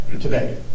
today